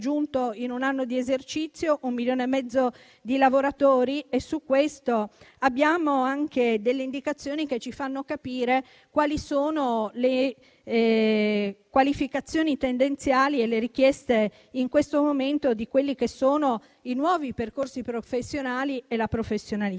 in un anno di esercizio, un milione e mezzo di lavoratori. Su questo abbiamo anche alcune indicazioni, che ci fanno capire quali sono le qualificazioni tendenziali e le richieste in questo momento dei nuovi percorsi professionali e delle professionalità.